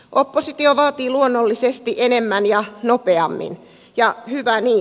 oppositio vaatii luonnollisesti enemmän ja nopeammin ja hyvä niin